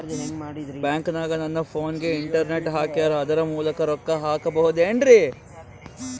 ಬ್ಯಾಂಕನಗ ನನ್ನ ಫೋನಗೆ ಇಂಟರ್ನೆಟ್ ಹಾಕ್ಯಾರ ಅದರ ಮೂಲಕ ರೊಕ್ಕ ಹಾಕಬಹುದೇನ್ರಿ?